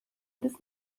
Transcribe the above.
bis